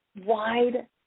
wide